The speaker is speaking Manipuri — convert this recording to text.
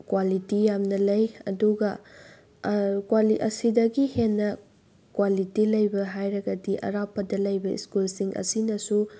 ꯀ꯭ꯋꯥꯂꯤꯇꯤ ꯌꯥꯝꯅ ꯂꯩ ꯑꯗꯨꯒ ꯑꯁꯤꯗꯒꯤ ꯍꯦꯟꯅ ꯀ꯭ꯋꯥꯂꯤꯇꯤ ꯂꯩꯕ ꯍꯥꯏꯔꯒꯗꯤ ꯑꯔꯥꯞꯄꯗ ꯂꯩꯕ ꯁ꯭ꯀꯨꯜꯁꯤꯡ ꯑꯁꯤꯅꯁꯨ